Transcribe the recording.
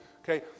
okay